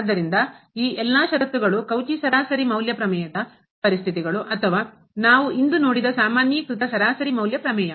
ಆದ್ದರಿಂದ ಈ ಎಲ್ಲಾ ಷರತ್ತುಗಳು ಕೌಚಿ ಸರಾಸರಿ ಮೌಲ್ಯ ಪ್ರಮೇಯದ ಪರಿಸ್ಥಿತಿಗಳು ಅಥವಾ ನಾವು ಇಂದು ನೋಡಿದ ಸಾಮಾನ್ಯೀಕೃತ ಸರಾಸರಿ ಮೌಲ್ಯ ಪ್ರಮೇಯ